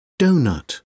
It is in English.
donut